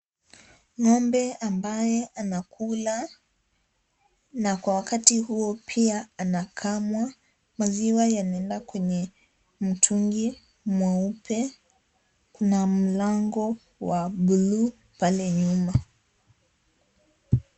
Ng'ombe ambaye anakula na kwa wakati huo pia anakamwa. Maziwa yanaenda kwenye mtungi mweupe. Kuna mlango wa blue pale nyuma.